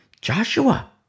Joshua